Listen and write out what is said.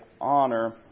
honor